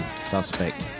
suspect